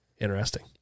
interesting